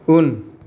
उन